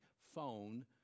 phone